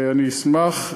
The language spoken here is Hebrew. אני אשמח.